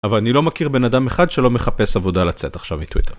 אבל אני לא מכיר בן אדם אחד שלא מחפש עבודה לצד עכשיו מטוויטר.